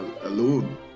alone